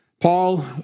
Paul